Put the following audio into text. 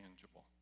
tangible